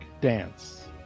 dance